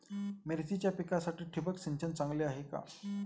मिरचीच्या पिकासाठी ठिबक सिंचन चांगले आहे का?